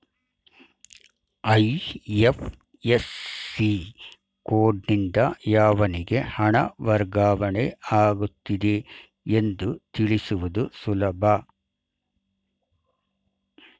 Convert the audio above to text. IFSC ಕೋಡ್ನಿಂದ ಯಾವನಿಗೆ ಹಣ ವರ್ಗಾವಣೆ ಆಗುತ್ತಿದೆ ಎಂದು ತಿಳಿಸುವುದು ಸುಲಭ